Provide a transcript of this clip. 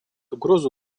угрозу